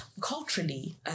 culturally